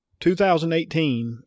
2018